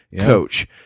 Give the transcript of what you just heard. coach